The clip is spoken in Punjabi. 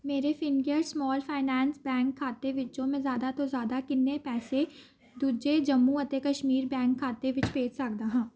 ਮੇਰੇ ਫਿਨਕੇਅਰ ਸਮਾਲ ਫਾਈਨਾਂਸ ਬੈਂਕ ਖਾਤੇ ਵਿੱਚੋਂ ਮੈਂ ਜ਼ਿਆਦਾ ਤੋਂ ਜ਼ਿਆਦਾ ਕਿੰਨੇ ਪੈਸੇ ਦੂਜੇ ਜੰਮੂ ਅਤੇ ਕਸ਼ਮੀਰ ਬੈਂਕ ਖਾਤੇ ਵਿੱਚ ਭੇਜ ਸਕਦਾ ਹਾਂ